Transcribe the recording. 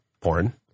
Porn